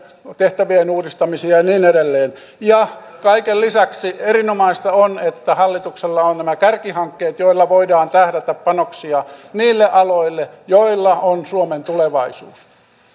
tehtävien uudistamisia ja niin edelleen ja kaiken lisäksi erinomaista on että hallituksella on nämä kärkihankkeet joilla voidaan tähdätä panoksia niille aloille joissa on suomen tulevaisuus